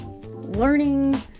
learning